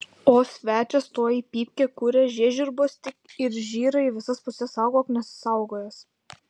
o svečias tuoj pypkę kuria žiežirbos tik ir žyra į visas puses saugok nesaugojęs